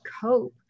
cope